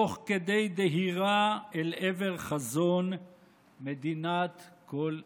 תוך כדי דהירה אל עבר חזון מדינת כל אזרחיה.